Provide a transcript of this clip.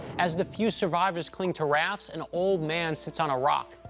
as the few survivors cling to rafts, an old man sits on a rock,